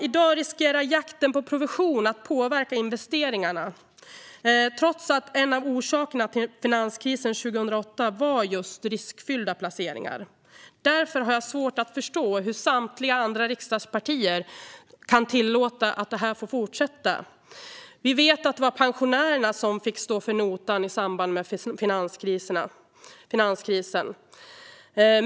I dag riskerar jakten på provision att påverka investeringarna, trots att en av orsakerna till finanskrisen 2008 var just riskfyllda placeringar. Därför har jag svårt att förstå hur samtliga andra riksdagspartier kan tillåta att detta får fortsätta. Vi vet att det var pensionärerna fick stå för notan i samband med finanskrisen.